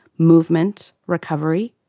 movement, recovery,